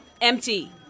Empty